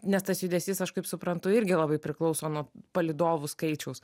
nes tas judesys aš kaip suprantu irgi labai priklauso nuo palydovų skaičiaus